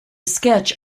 sketch